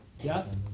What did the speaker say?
Yes